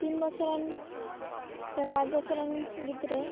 ᱛᱤᱱ ᱵᱚᱪᱷᱚᱨ ᱨᱮᱱ ᱥᱮ ᱯᱟᱸᱪ ᱵᱚᱪᱷᱚᱨ ᱨᱮᱱ ᱜᱤᱫᱽᱨᱟᱹ